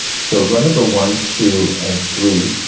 so row number one, two and three,